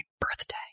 birthday